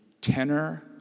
tenor